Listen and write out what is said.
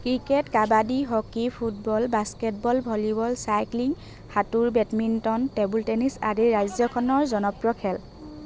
cricket kabaddi hockey football basketball volleyball cycling সাঁতোৰ badminton table tennis আদি ৰাজ্যখনৰ জনপ্ৰিয় খেল